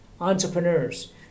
entrepreneurs